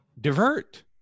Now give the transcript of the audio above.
divert